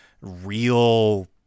real